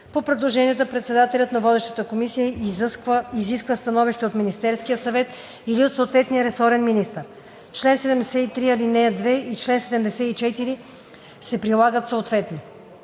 По предложенията председателят на водещата комисия изисква становище от Министерския съвет или от съответния ресорен министър. Член 73, ал. 2 и чл. 74 се прилагат съответно.